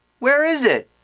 where is it?